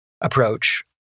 approach